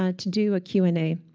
ah to do a q and a.